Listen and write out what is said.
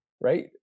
Right